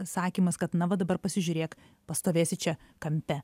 sakymas kad na va dabar pasižiūrėk pastovėsi čia kampe